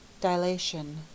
Dilation